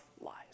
lies